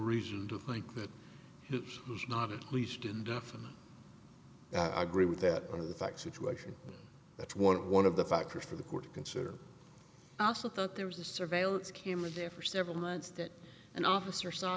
reason to think that it is not at least indefinite i agree with that fact situation that's one of one of the factors for the court to consider also thought there was a surveillance camera there for several months that an officer saw